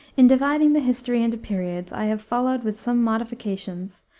in dividing the history into periods, i have followed, with some modifications,